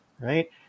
right